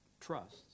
trusts